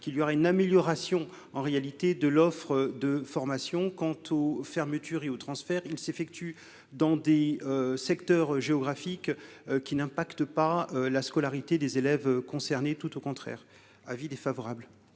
qu'il y aurait une amélioration en réalité de l'offre de formation quant aux fermetures et au transfert il s'effectue dans des secteurs géographiques qui n'impacte pas la scolarité des élèves concernés, tout au contraire : avis défavorable.